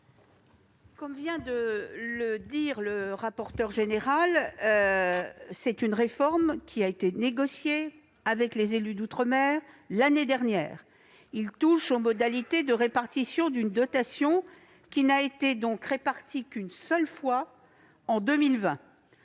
Comme vient de le dire M. le rapporteur spécial, il s'agit d'une réforme qui a été négociée avec les élus d'outre-mer, l'année dernière. Elle touche aux modalités de répartition d'une dotation qui n'a été répartie qu'une seule fois en 2020.